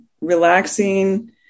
relaxing